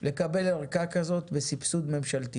לקבל ערכה כזאת בסבסוד ממשלתי